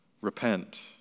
Repent